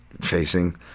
facing